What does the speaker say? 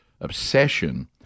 obsession –